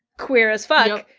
queer as fuck,